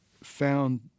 found